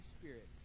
Spirit